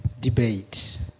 debate